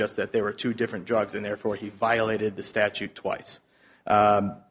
just that they were two different drugs and therefore he violated the statute twice